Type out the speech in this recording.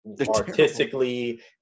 artistically